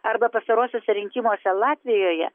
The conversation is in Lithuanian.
arba pastaruosiuose rinkimuose latvijoje